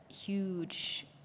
huge